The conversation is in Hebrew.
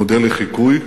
כמודל לחיקוי,